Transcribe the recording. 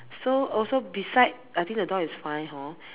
so also beside I think the door is fine hor